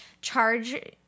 charge